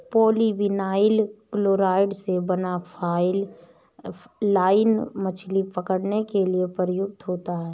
polyvinyl chloride से बना fly line मछली पकड़ने के लिए प्रयुक्त होता है